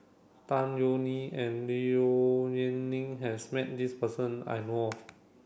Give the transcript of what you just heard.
Tan Yeok Nee and Low Yen Ling has met this person I know of